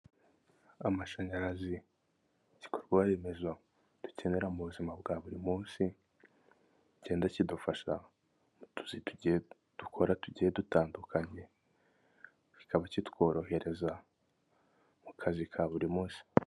Amashanyarazi, igikorwaremezo, dukenera mu buzima bwa buri munsi, kigenda kidufasha, mu tuzi dukora tugiye dutandukanye, bikaba kitworohereza mu kazi ka buri munsi.